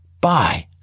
Bye